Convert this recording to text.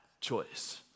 choice